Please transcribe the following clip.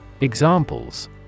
Examples